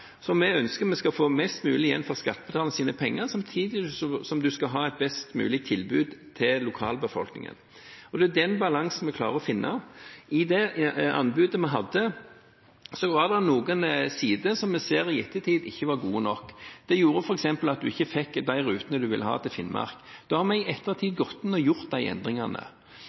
Vi ønsker at vi skal få mest mulig igjen for skattebetalernes penger, samtidig som vi skal ha et best mulig tilbud til lokalbefolkningen, og det er den balansen vi klarer å finne. I det anbudet vi hadde, var det noen sider som vi i ettertid ser ikke var gode nok. Det gjorde f.eks. at en ikke fikk de rutene en ville ha til Finnmark. Da har vi i ettertid gått inn og gjort